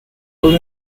fue